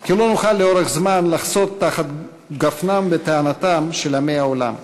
כי לא נוכל לאורך זמן לחסות תחת גפנם ותאנתם של עמי העולם,